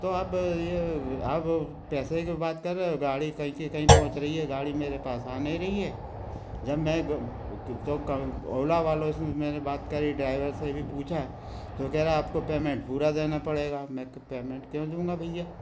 तो अब ये अब पैसे के बात कर रहे हो गाड़ी कहीं की कहीं पहुँच रही है गाड़ी मेरे पास आ नहीं रही है जब मैं तो ओला वालों से मैंने बात करी ड्राइवर से भी पूछा तो कहरा आपको पेमेंट पूरा देना पड़ेगा मैं पेमेंट क्यों दूँगा भैया